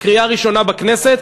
לקריאה ראשונה בכנסת,